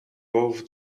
both